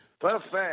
Perfect